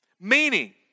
Meaning